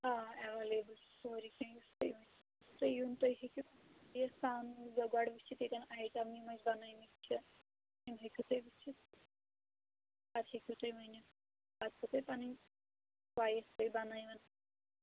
آ ایویلیبٕل چھِ سورُے کیٚنٛہہ یُس تُہۍ ؤنِو تُہۍ یُن تُہۍ ہیٚکِو یِتھ گۄڈٕ وٕچھِتھ ییٚتٮ۪ن آیٹَم یِم أسۍ بَنٲیمٕتۍ چھِ یِم ہیٚکِو تُہۍ وٕچھِتھ پَتہٕ ہیٚکِو تُہۍ ؤنِتھ پَتہٕ چھُو تۄہہِ پَنٕنۍ چویِس تُہۍ بَنٲیہِ